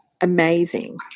amazing